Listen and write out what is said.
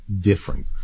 different